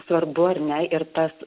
svarbu ar ne ir tas